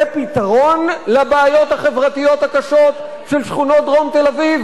זה פתרון לבעיות החברתיות הקשות של שכונות דרום תל-אביב,